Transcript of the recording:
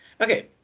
Okay